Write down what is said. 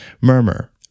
Murmur